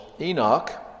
Enoch